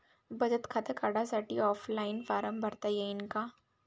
बचत खातं काढासाठी ऑफलाईन फारम भरता येईन का?